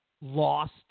lost